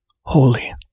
holy